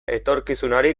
etorkizunari